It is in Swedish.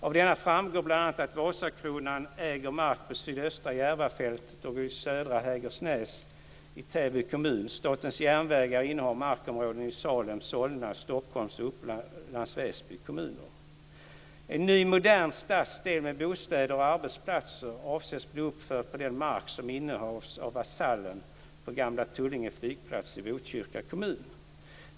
Av denna framgår bl.a. att Vasakronan äger mark på sydöstra Järvafältet och i södra Hägernäs i Täby kommun. Statens järnvägar innehar markområden i Salems, Solna, Stockholms och Upplands Väsby kommuner. Vasallen på gamla Tullinge flygplats i Botkyrka kommun.